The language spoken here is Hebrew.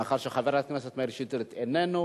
מאחר שחבר הכנסת מאיר שטרית איננו,